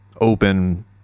open